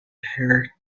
her